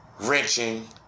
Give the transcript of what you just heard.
wrenching